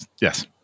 yes